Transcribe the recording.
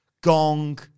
gong